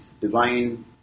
divine